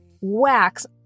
wax